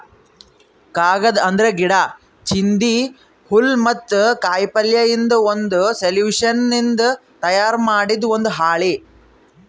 ಕಾಗದ್ ಅಂದ್ರ ಗಿಡಾ, ಚಿಂದಿ, ಹುಲ್ಲ್ ಮತ್ತ್ ಕಾಯಿಪಲ್ಯಯಿಂದ್ ಬಂದ್ ಸೆಲ್ಯುಲೋಸ್ನಿಂದ್ ತಯಾರ್ ಮಾಡಿದ್ ಒಂದ್ ಹಾಳಿ